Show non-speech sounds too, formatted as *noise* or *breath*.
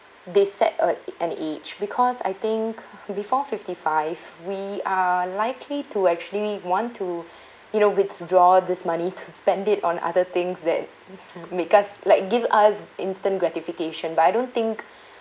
they set a an age because I think before fifty five we are likely to actually want to *breath* you know withdraw this money to spend it on other things that make us like give us instant gratification but I don't think